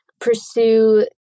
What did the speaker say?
pursue